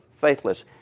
faithless